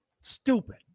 stupid